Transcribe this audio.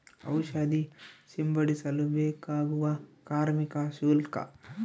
ಔಷಧಿ ಸಿಂಪಡಿಸಲು ಬೇಕಾಗುವ ಕಾರ್ಮಿಕ ಶುಲ್ಕ?